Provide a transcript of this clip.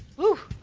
whew!